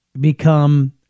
become